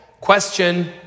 Question